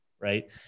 right